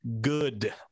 good